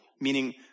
meaning